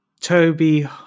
toby